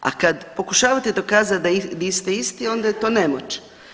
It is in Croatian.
E, a kad pokušavate dokazat da niste isti onda je to nemoć.